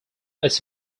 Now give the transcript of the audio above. its